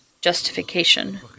justification